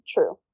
True